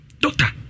Doctor